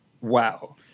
wow